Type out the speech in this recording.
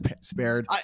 spared